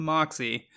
Moxie